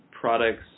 products